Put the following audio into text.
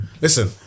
listen